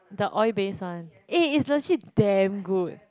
the oil-based one eh it's legit damn good